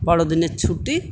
বড়দিনের ছুটি